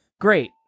Great